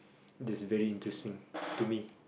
that's very interesting to me